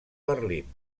berlín